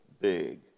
big